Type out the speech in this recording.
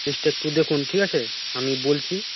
লিস্টটা একটু দেখুন ঠিক আছে আমি বলছি